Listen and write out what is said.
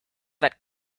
that